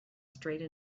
straight